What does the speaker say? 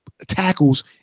tackles